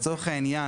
לצורך העיין